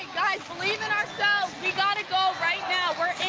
guys, believe in ourselves. we got to go right now. we're